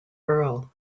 earl